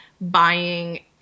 buying